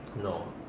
no